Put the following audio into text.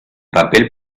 papel